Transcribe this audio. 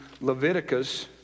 Leviticus